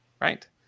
Right